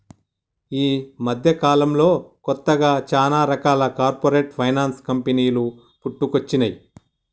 యీ మద్దెకాలంలో కొత్తగా చానా రకాల కార్పొరేట్ ఫైనాన్స్ కంపెనీలు పుట్టుకొచ్చినై